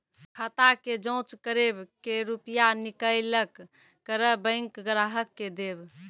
खाता के जाँच करेब के रुपिया निकैलक करऽ बैंक ग्राहक के देब?